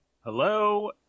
Hello